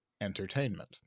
entertainment